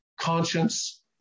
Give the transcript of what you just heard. conscience